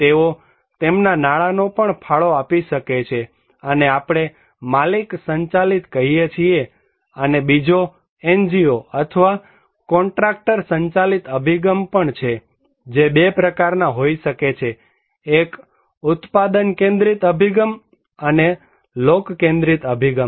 તેઓ તેમના નાણાંનો પણ ફાળો આપી શકે છે અને આપણે માલિક સંચાલિત કહીએ છીએ અને બીજો NGO અથવા કોન્ટ્રાક્ટર સંચાલિત અભિગમ પણ છે જે બે પ્રકારના હોઈ શકે છે એક ઉત્પાદન કેન્દ્રિત અભિગમ અને લોક કેન્દ્રીત અભિગમ